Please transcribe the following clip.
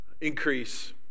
increase